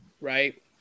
right